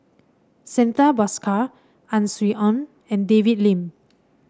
Santha Bhaskar Ang Swee Aun and David Lim